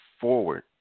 forward